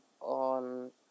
on